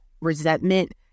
resentment